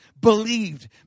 Believed